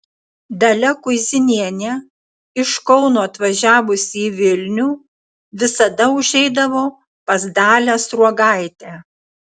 dalia kuizinienė iš kauno atvažiavusi į vilnių visada užeidavo pas dalią sruogaitę